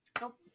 Nope